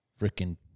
freaking